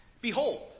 behold